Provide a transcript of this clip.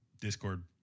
discord